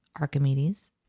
Archimedes